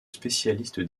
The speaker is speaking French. spécialiste